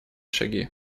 шаги